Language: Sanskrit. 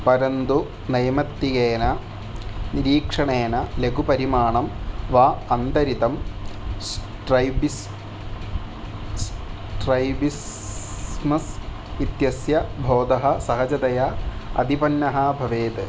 परन्तु नैमित्तिकेन निरीक्षणेन लघु परिमाणं वा अन्तरितं स्ट्रैबिस् स्ट्रैबिस्मस् इत्यस्य बोधः सहजतया अधिपन्नः भवेत्